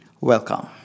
Welcome